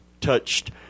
touched